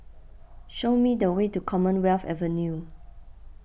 show me the way to Commonwealth Avenue